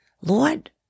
Lord